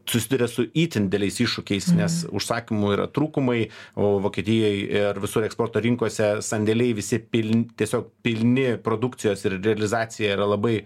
susiduria su itin deliais iššūkiais nes užsakymų yra trūkumai o vokietijoj ir visoj eksporto rinkose sandėliai visi pilni tiesiog pilni produkcijos ir realizacija yra labai